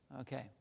Okay